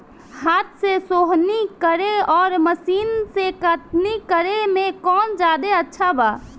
हाथ से सोहनी करे आउर मशीन से कटनी करे मे कौन जादे अच्छा बा?